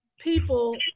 people